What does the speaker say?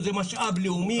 זה משאב לאומי,